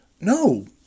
no